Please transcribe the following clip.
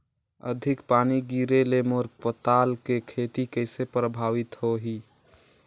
अधिक पानी गिरे ले मोर पताल के खेती कइसे प्रभावित होही?